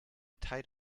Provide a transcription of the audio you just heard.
tied